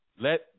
let